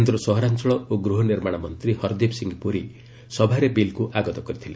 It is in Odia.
କେନ୍ଦ୍ର ସହରାଞ୍ଚଳ ଓ ଗୃହ ନିର୍ମାଣ ମନ୍ତ୍ରୀ ହରଦୀପ ସିଂହ ପୁରୀ ସଭାରେ ବିଲ୍କୁ ଆଗତ କରିଥିଲେ